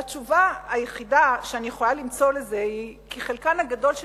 והתשובה היחידה שאני יכולה למצוא לזה היא כי חלקן הגדול של